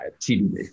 TBD